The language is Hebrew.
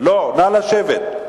לא, נא לשבת.